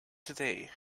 today